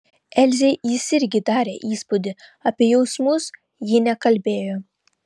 elzei jis irgi darė įspūdį apie jausmus ji nekalbėjo